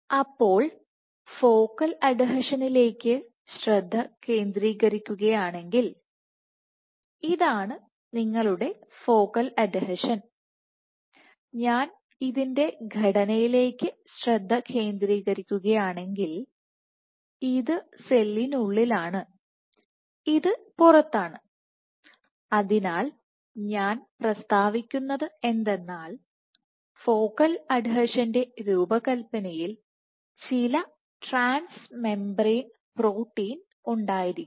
അപ്പോൾ ഫോക്കൽ അഡ്ഹെഷനിലേക്ക് ശ്രദ്ധ കേന്ദ്രീകരിക്കുകയാണെങ്കിൽ ഇതാണ് നിങ്ങളുടെ ഫോക്കൽ അഡ്ഹെഷൻ ഞാൻ ഇതിൻറെ ഘടനയിലേക്ക് ശ്രദ്ധ കേന്ദ്രീകരിക്കുകയാണെങ്കിൽ ഇത് സെല്ലിനുള്ളിലാണ് ഇത് പുറത്താണ് അതിനാൽ ഞാൻ പ്രസ്താവിക്കുന്നത് എന്തെന്നാൽ ഫോക്കൽ അഡിഷന്റെ രൂപകൽപ്പനയിൽ ചില ട്രാൻസ് മെംബ്രേയ്ൻ പ്രോട്ടീൻ ഉണ്ടായിരിക്കാം